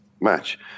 match